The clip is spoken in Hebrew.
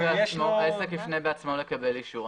העסק יפנה בעצמו לקבל אישור.